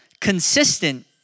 consistent